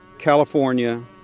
California